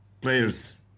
players